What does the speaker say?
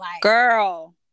Girl